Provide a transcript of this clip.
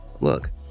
Look